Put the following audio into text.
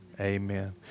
Amen